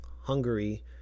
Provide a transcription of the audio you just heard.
hungary